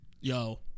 Yo